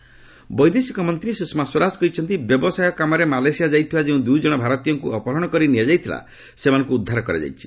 Swaraj Indian ବୈଦେଶିକମନ୍ତ୍ରୀ ସୁଷମା ସ୍ୱରାଜ କହିଛନ୍ତି ବ୍ୟବସାୟ କାମରେ ମାଲେସିଆ ଯାଇଥିବା ଯେଉଁ ଦୁଇଜଣ ଭାରତୀୟଙ୍କୁ ଅପହରଣ କରି ନିଆଯାଇଥିଲା ସେମାନଙ୍କୁ ଉଦ୍ଧାର କରାଯାଇଛି